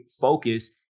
focus